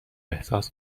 احساس